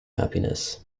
happiness